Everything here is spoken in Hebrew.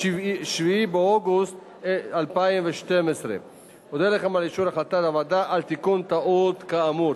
7 באוגוסט 2012. אודה לכם על אישור החלטת הוועדה על תיקון הטעות כאמור.